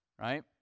right